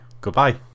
goodbye